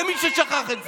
למי ששכח את זה.